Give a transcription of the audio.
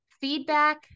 Feedback